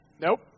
Nope